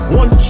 one